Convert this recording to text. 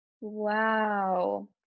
Wow